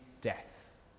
death